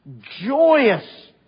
Joyous